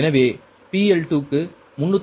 எனவே PL2 க்கு 305